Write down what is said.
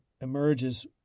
emerges